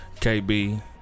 KB